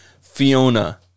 Fiona